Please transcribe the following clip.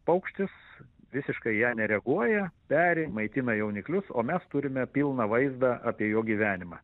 paukštis visiškai į ją nereaguoja peri maitina jauniklius o mes turime pilną vaizdą apie jo gyvenimą